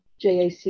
JAC